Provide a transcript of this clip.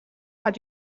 hat